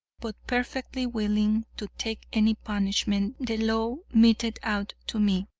but perfectly willing to take any punishment the law meted out to me.